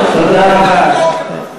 תודה רבה.